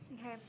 okay